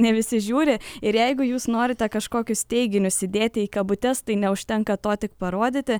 ne visi žiūri ir jeigu jūs norite kažkokius teiginius įdėti į kabutes tai neužtenka to tik parodyti